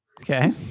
Okay